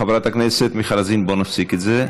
חברת הכנסת מיכל רוזין, בואי נפסיק את זה.